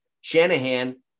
Shanahan